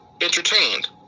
entertained